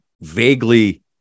vaguely